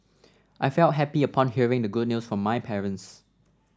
I felt happy upon hearing the good news from my parents